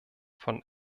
von